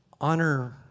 Honor